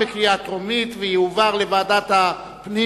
לדיון מוקדם בוועדת הפנים